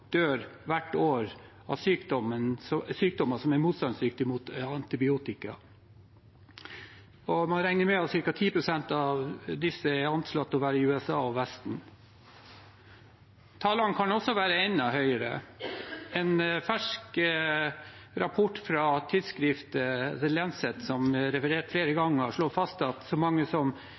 dør hvert år av sykdommer som er motstandsdyktige mot antibiotika, og man regner med at ca. 10 pst. av disse er anslått å være i USA og Vesten. Tallene kan også være enda høyere. En fersk rapport fra tidsskriftet The Lancet, som det er referert til flere ganger, slår fast at så mange